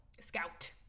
Scout